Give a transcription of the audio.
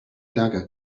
dagger